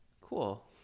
Cool